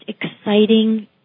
exciting